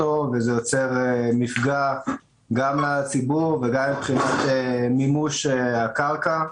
הנכס ויוצר מפגע לציבור מבחינת המימוש של הקרקע.